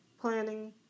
planning